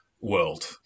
world